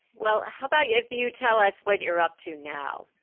well, how about if you tell us what you're up to now?